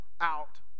out